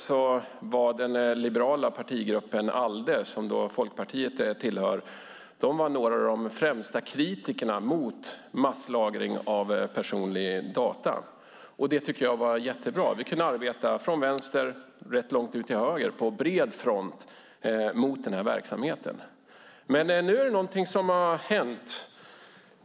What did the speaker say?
Då var den liberala partigruppen ALDE, som Folkpartiet tillhör, en av de främsta kritikerna mot masslagring av personlig data. Det tycker jag var jättebra. Vi kunde arbeta på bred front från vänster till rätt långt ut till höger mot den här typen av verksamhet. Men nu är det någonting som har hänt.